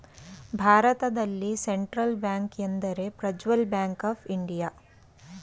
ಭಾರತದಲ್ಲಿ central bank ಎಂದರೆ ಪ್ರಜ್ವಲ್ ಬ್ಯಾಂಕ್ ಆಫ್ ಇಂಡಿಯಾ